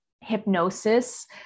hypnosis